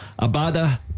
Abada